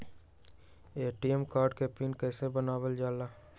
ATM card के PIN कैसे बनावल जाला?